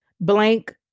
blank